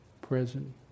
present